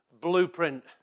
blueprint